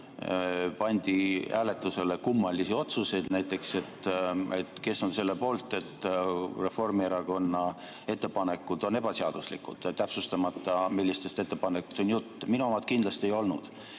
Pandi hääletusele kummalisi otsuseid, näiteks kes on selle poolt, et Reformierakonna ettepanekud on ebaseaduslikud, täpsustamata, millistest ettepanekutest on juttu. Minu omad kindlasti ei olnud.